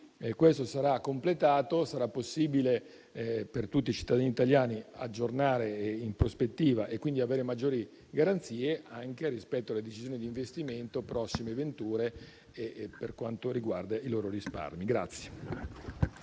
cui sarà completato, sarà infatti possibile per tutti i cittadini italiani aggiornare il proprio ISEE e, in prospettiva, avere maggiori garanzie anche rispetto alle decisioni di investimento prossime venture e per quanto riguarda i loro risparmi.